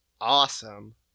awesome